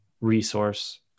resource